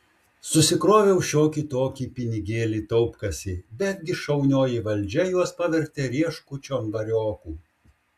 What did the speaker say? susikroviau šiokį tokį pinigėlį taupkasėj bet gi šaunioji valdžia juos pavertė rieškučiom variokų